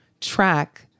track